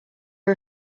are